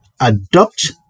adopt